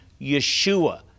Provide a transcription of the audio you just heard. Yeshua